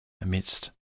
amidst